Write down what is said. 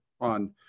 on